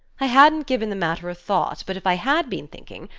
i hadn't given the matter a thought, but if i had been thinking,